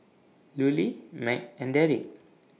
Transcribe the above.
Lulie Mack and Darrick